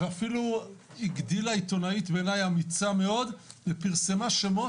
ואפילו הגדילה עיתונאית בעיניי אמיצה מאוד ופרסמה שמות